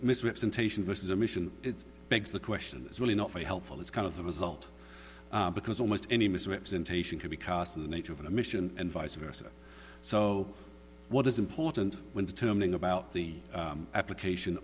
misrepresentation versus a mission begs the question it's really not very helpful it's kind of the result because almost any misrepresentation can be cast in the nature of an admission and vice versa so what is important when determining about the application